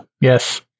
Yes